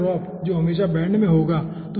तो pressure drop जो हमेशा बेंड में होगा